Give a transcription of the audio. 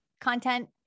content